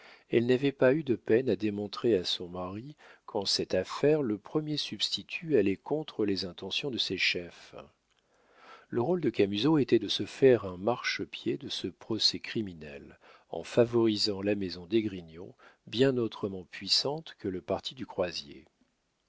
elle n'avait pas eu de peine à démontrer à son mari qu'en cette affaire le premier substitut allait contre les intentions de ses chefs le rôle de camusot était de se faire un marchepied de ce procès criminel en favorisant la maison d'esgrignon bien autrement puissante que le parti du croisier